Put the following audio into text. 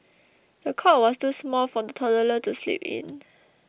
the cot was too small for the toddler to sleep in